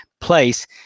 place